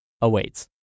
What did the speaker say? awaits